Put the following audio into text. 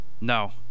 No